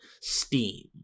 Steam